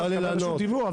תוכל לקבל רשות דיבור,